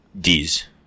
D's